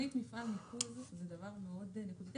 תוכנית מפעל ניקוז זה דבר מאוד נקודתי,